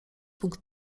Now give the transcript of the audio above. punkt